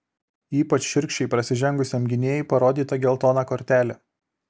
ypač šiurkščiai prasižengusiam gynėjui parodyta geltona kortelė